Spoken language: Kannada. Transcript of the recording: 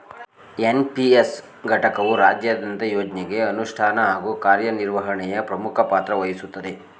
ಎನ್.ಪಿ.ಎಸ್ ಘಟಕವು ರಾಜ್ಯದಂತ ಯೋಜ್ನಗೆ ಅನುಷ್ಠಾನ ಹಾಗೂ ಕಾರ್ಯನಿರ್ವಹಣೆಯ ಪ್ರಮುಖ ಪಾತ್ರವಹಿಸುತ್ತದೆ